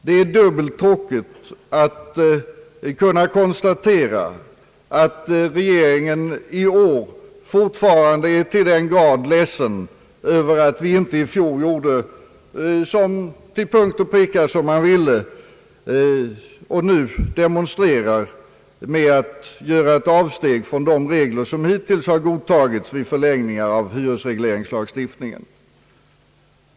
Det är dubbelt tråkigt att konstatera att regeringen i år fortfarande är till den grad ledsen över att vi i fjol inte gjorde till punkt och pricka som regeringen ville och att den därför nu demonstre rar med att göra ett avsteg från de regler som hittills har tillämpats vid förlängningar av hyresregleringslagstiftningen.